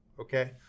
okay